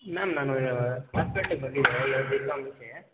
ma'am ನಾನು ಹಾಸ್ಪೆಟ್ಲಿಗೆ ಬಂದಿದ್ದೆ ಎರಡು ದಿವಸ ಮುಂಚೆ